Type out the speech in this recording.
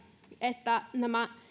että